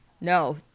No